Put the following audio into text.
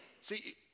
See